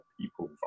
people